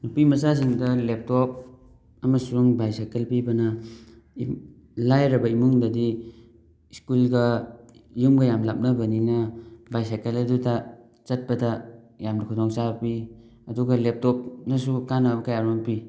ꯅꯨꯄꯤ ꯃꯆꯥꯁꯤꯡꯗ ꯂꯦꯞꯇꯣꯞ ꯑꯃꯁꯨꯡ ꯕꯥꯏ ꯁꯥꯏꯀꯜ ꯄꯤꯕꯅ ꯂꯥꯏꯔꯕ ꯏꯃꯨꯡꯗꯗꯤ ꯁ꯭ꯀꯨꯜꯒ ꯌꯨꯝꯒ ꯌꯥꯝ ꯂꯥꯞꯅꯕꯅꯤꯅ ꯕꯥꯏ ꯁꯥꯏꯀꯜ ꯑꯗꯨꯗ ꯆꯠꯄꯗ ꯌꯥꯝꯅ ꯈꯨꯗꯣꯡ ꯆꯥꯕ ꯄꯤ ꯑꯗꯨꯒ ꯂꯦꯞꯇꯣꯞꯅꯁꯨ ꯀꯥꯟꯅꯕ ꯀꯌꯥ ꯃꯔꯨꯝ ꯄꯤ